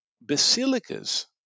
basilicas